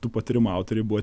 tų patarimų autoriai buvo